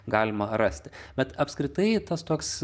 galima rasti bet apskritai tas toks